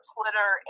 Twitter